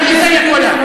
אני אתרגם לך,